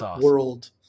world